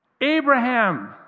Abraham